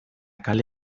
kale